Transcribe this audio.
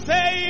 Say